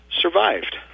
survived